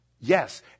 Yes